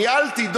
ניהלתי,